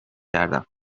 کردم